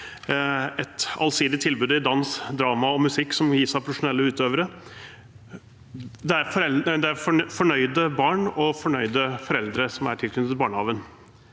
et allsidig tilbud i dans, drama og musikk, som gis av profesjonelle utøvere. Det er fornøyde barn og fornøyde foreldre som er tilknyttet barnehagen.